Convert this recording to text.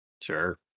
Sure